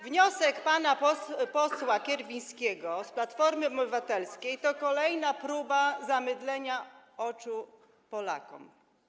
Wniosek pana posła Kierwińskiego z Platformy Obywatelskiej to kolejna próba zamydlenia oczu Polakom.